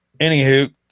anywho